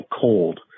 cold